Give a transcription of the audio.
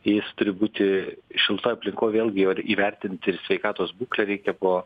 jis turi būti šiltoj aplinkoj vėlgi ir įvertint ir sveikatos būklę reikia po